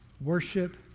worship